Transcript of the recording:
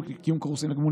לרבות האולפנים,